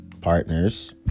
partners